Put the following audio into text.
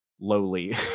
lowly